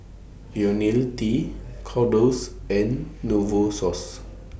Ionil T Kordel's and Novosource